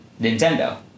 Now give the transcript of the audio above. Nintendo